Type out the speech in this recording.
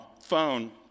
phone